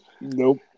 Nope